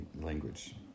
language